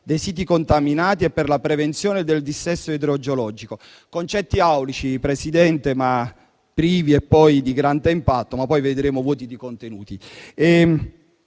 dei siti contaminati e per la prevenzione del dissesto idrogeologico. Concetti aulici, signor Presidente, ma privi di grande impatto e, come poi vedremo, vuoti di contenuti.